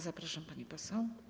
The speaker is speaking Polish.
Zapraszam, pani poseł.